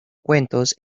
cuentos